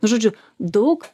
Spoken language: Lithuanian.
žodžiu daug